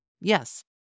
Yes